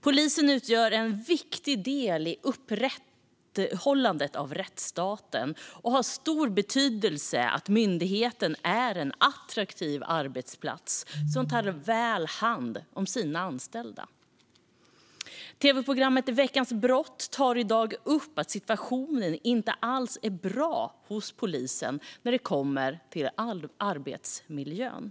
Polisen utgör en viktig del i upprätthållandet av rättsstaten, och det har stor betydelse att myndigheten är en attraktiv arbetsplats som tar väl hand om sina anställda. Tv-programmet Veckans brott tar i dag upp att situationen inte alls är bra hos polisen när det kommer till arbetsmiljön.